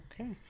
Okay